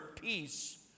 peace